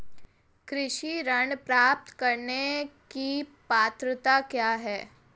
कृषि ऋण प्राप्त करने की पात्रता क्या है?